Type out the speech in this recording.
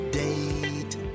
date